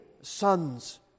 sons